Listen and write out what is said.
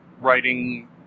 writing